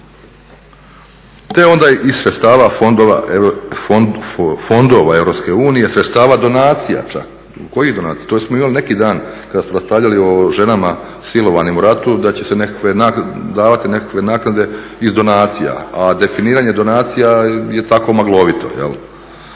Te onda iz sredstava fondova Europske unije, sredstava donacija čak. Kojih donacija, to smo imali neki dan kada smo raspravljali o ženama silovanim u ratu da će se davati nekakve naknade iz donacija, a definiranje donacija je tako maglovito.